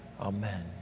amen